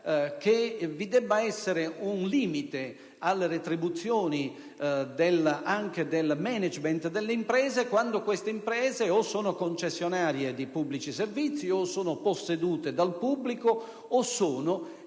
che vi debba essere un limite alle retribuzioni del *management* delle imprese quando queste o sono concessionarie di pubblici servizi o sono di proprietà pubblica o sono,